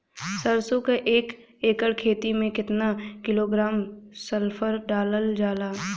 सरसों क एक एकड़ खेते में केतना किलोग्राम सल्फर डालल जाला?